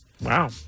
Wow